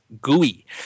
Gooey